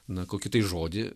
na kokį tai žodį